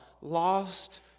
lost